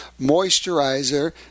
moisturizer